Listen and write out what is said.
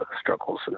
struggles